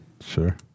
Sure